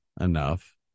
enough